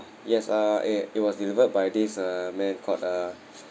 yes uh i~ it was delivered by this uh man called uh